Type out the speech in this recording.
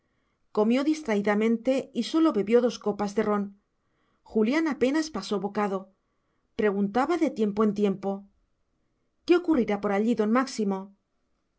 comió distraídamente y sólo bebió dos copas de ron julián apenas pasó bocado preguntaba de tiempo en tiempo qué ocurrirá por allí don máximo